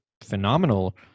phenomenal